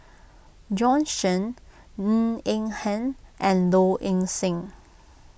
Bjorn Shen Ng Eng Hen and Low Ing Sing